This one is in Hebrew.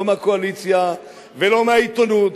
לא מהקואליציה ולא מהעיתונות,